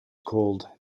called